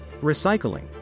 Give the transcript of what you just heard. Recycling